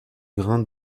grain